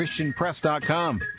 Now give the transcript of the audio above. ChristianPress.com